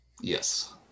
Yes